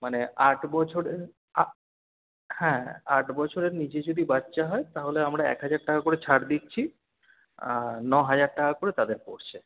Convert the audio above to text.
মানে আট বছরে হ্যাঁ আট বছরের নিচে যদি বাচ্চা হয় তাহলে আমরা এক হাজার টাকা করে ছাড় দিচ্ছি আর ন হাজার টাকা করে তাদের পড়ছে